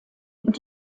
und